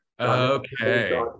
Okay